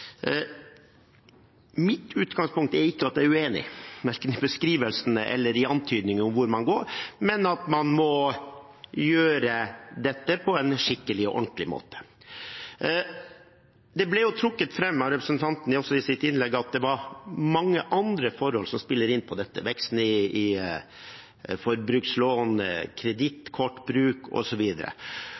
Mitt utgangspunkt er ikke at jeg er uenig, verken i beskrivelsene eller i antydningene om hvor man går, men at man må gjøre dette på en skikkelig og ordentlig måte. Det ble trukket fram av representanten i hennes innlegg at det var mange andre forhold som spiller inn på dette – veksten i forbrukslån,